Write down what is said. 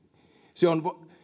se on